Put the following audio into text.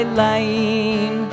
line